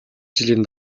жилийн